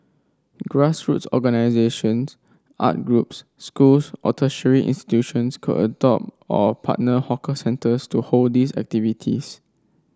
grass roots organisations art groups schools or tertiary institutions could adopt or partner hawker centres to hold these activities